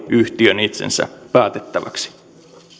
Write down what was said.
yhtiön itsensä päätettäväksi